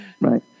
right